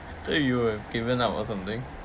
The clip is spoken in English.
I thought you would have given up or something